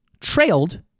trailed